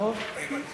ההצעה להעביר את